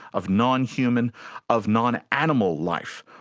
of nonhuman of non-animal life,